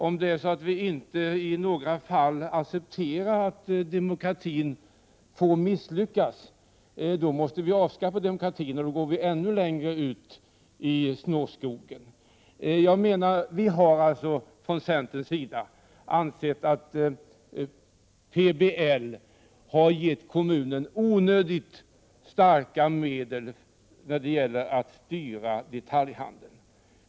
Om vi inte i några fall kan acceptera att demokratin får misslyckas, måste vi avskaffa demokratin. Vi går då ännu längre in i snårskogen. Från centerns sida har vi ansett att PBL har gett kommunerna onödigt starka medel när det gäller att styra detaljhandeln.